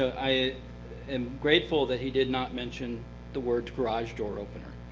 i am grateful that he did not mention the word garage door opener.